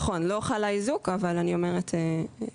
נכון, לא חל האיזוק, אבל אני אומרת בכללי.